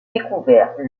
découvert